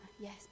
yes